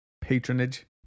patronage